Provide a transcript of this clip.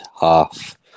half